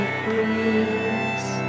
breeze